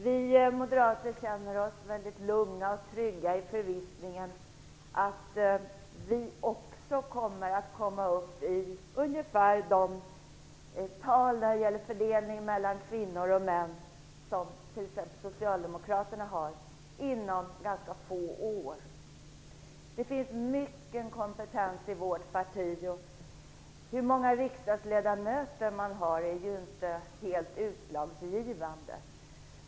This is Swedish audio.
Vi moderater känner oss lugna och trygga i förvissningen att vi också inom ganska få år kommer att komma upp i ungefär de tal när det gäller fördelningen mellan kvinnor och män som t.ex. socialdemokraterna har. Det finns mycken kompetens i vårt parti, och hur många riksdagsledamöter man har är ju inte helt utslagsgivande.